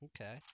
Okay